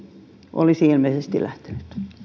olisi ilmeisesti lähtenyt